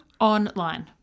online